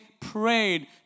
prayed